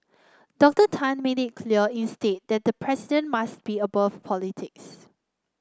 Doctor Tan made it clear instead that the president must be above politics